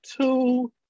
two